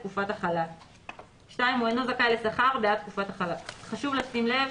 תקופת החל"ת); (2)הוא אינו זכאי לשכר בעד תקופת החל"ת.";" חשוב לשים לב,